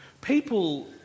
People